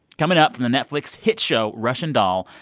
coming up from the netflix hit show russian doll,